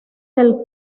del